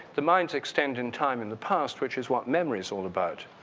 the mind's extend in time in the past which is what memory is all about.